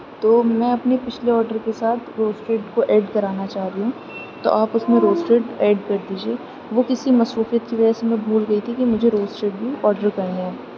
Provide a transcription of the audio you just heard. تو میں اپنے پچھلے آڈر کے ساتھ روسٹیڈ کو ایڈ کرانا چاہ رہی ہوں تو آپ اس میں روسٹیڈ ایڈ کر دیجیے وہ کسی مصروفیت کی وجہ سے میں بھول گئی تھی کہ مجھے روسٹیڈ بھی آڈر کرنے ہیں